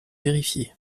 vérifier